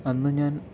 അന്ന് ഞാൻ